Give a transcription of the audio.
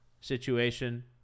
situation